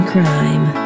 Crime